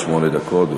שמונה דקות.